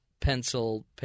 pencil